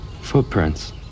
Footprints